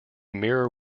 mirror